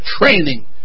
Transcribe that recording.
training